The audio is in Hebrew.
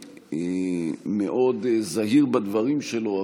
מאוד זהיר בדברים שלו,